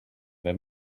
wenn